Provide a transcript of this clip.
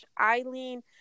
Eileen